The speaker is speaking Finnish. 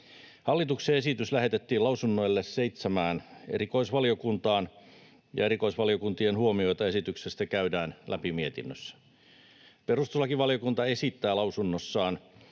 Hallituksen esitys lähetettiin lausunnoille seitsemään erikoisvaliokuntaan, ja erikoisvaliokuntien huomioita esityksestä käydään läpi mietinnössä. Perustuslakivaliokunta esittää lausunnossaan,